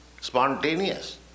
spontaneous